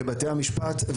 לבתי המשפט,